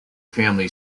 family